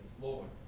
Lord